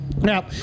Now